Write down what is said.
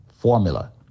formula